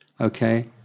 Okay